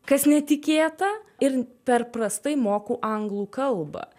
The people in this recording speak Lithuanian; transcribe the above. kas netikėta ir per prastai moku anglų kalbą